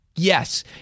Yes